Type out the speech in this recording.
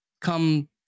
come